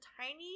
tiny